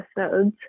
episodes